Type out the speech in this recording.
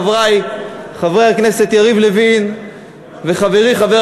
חברי חבר הכנסת יריב לוין וחברי חבר